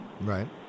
Right